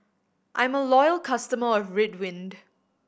I'm a loyal customer of Ridwind